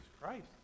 Christ